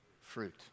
Fruit